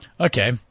okay